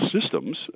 systems